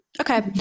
okay